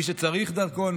מי שצריך דרכון,